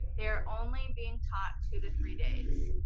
they are only being taught two to three days.